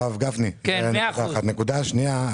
הרב גפני, נקודה שנייה.